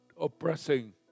oppressing